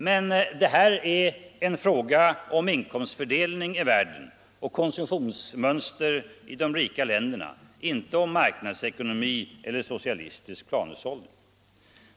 Men det här är en fråga om inkomstfördelning i världen och om konsumtionsmönster i de rika länderna, inte om marknadsekonomi eller socialistisk planhushållning.